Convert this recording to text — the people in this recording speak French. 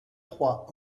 trois